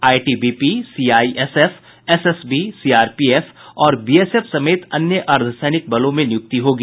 ITBP CISF SSB CRPF और BSF समेत अन्य अर्द्वसैनिक बलों में नियुक्ति होगी